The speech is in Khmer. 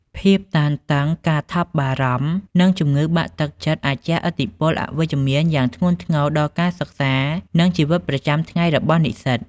ភាពតានតឹង ការថប់បារម្ភ និងជំងឺបាក់ទឹកចិត្តអាចជះឥទ្ធិពលអវិជ្ជមានយ៉ាងធ្ងន់ធ្ងរដល់ការសិក្សា និងជីវិតប្រចាំថ្ងៃរបស់និស្សិត។